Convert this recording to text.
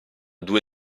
due